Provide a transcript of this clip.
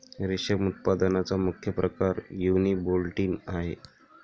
रेशम उत्पादनाचा मुख्य प्रकार युनिबोल्टिन आहे